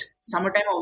Summertime